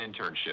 internship